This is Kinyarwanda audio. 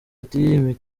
ati